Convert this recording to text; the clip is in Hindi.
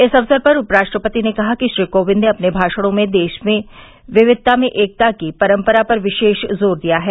इस अवसर पर उप राष्ट्रपति ने कहा कि श्री कोविंद ने अपने भाषणों में देश की विक्विता में एकता की परम्परा पर विशेष जोर दिया है